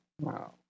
Wow